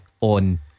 On